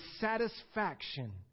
satisfaction